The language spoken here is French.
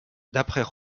d’après